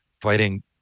fighting